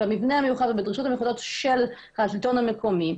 במבנה המיוחד ובדרישות המיוחדות של השלטון המקומי,